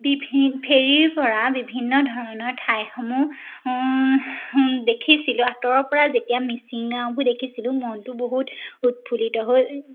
বিভিন ফেৰীৰ পৰা বিভিন্ন ধৰণৰ ঠাইসমূহ দেখিছিলোঁ আঁতৰৰ পৰা যেতিয়া মিচিং গাঁওবোৰ দেখিছিলোঁ মনটো বহুত উৎফুল্লিত হৈ